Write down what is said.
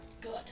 Good